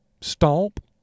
stomp